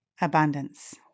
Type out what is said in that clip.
abundance